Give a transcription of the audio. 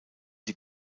die